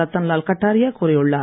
ரத்தன்லால் கட்டாரியா கூறியுள்ளார்